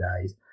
days